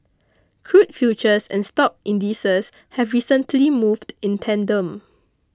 crude futures and stock indices have recently moved in tandem